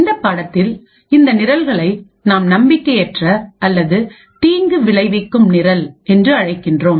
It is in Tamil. இந்த பாடத்தில் இந்தநிரல்களை நாம் நம்பிக்கையற்ற அல்லது தீங்கு விளைவிக்கும் நிரல் என்று அழைக்கின்றோம்